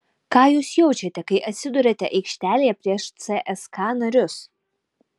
ką jūs jaučiate kai atsiduriate aikštelėje prieš cska narius